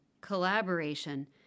collaboration